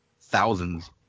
thousands